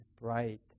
Bright